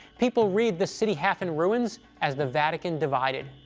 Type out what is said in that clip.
people read the city half in ruins as the vatican divided.